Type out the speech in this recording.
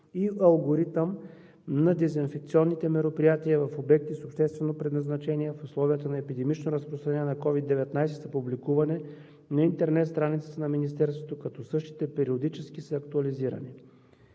и алгоритъм на дезинфекционните мероприятия в обекти с обществено предназначение в условията на епидемично разпространение на COVID-19 и публикуване на интернет страницата на Министерството, като същите периодически са актуализирани.